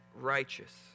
righteous